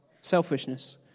selfishness